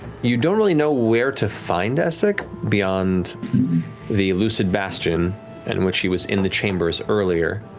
you don't really know where to find essek beyond the lucid bastion and in which he was in the chambers earlier.